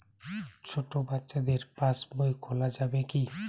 ছোট বাচ্চাদের পাশবই খোলা যাবে কি?